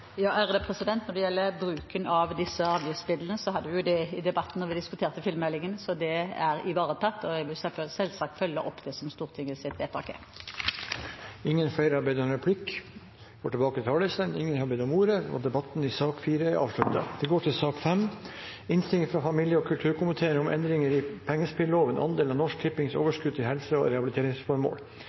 Når det gjelder bruken av disse avgiftsmidlene, hadde vi det oppe i debatten da vi diskuterte filmmeldingen. Så det er ivaretatt, og jeg vil selvsagt følge opp det som er Stortingets vedtak. Replikkordskiftet er omme. Flere har ikke bedt om ordet til sak nr. 4. Etter ønske fra familie- og kulturkomiteen vil presidenten foreslå at taletiden blir begrenset til 5 minutter til hver partigruppe og 5 minutter til medlem av regjeringen. Videre vil presidenten foreslå at det blir gitt anledning til